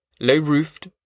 low-roofed